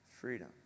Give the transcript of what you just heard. freedom